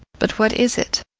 but what is it?